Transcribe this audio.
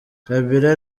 kabila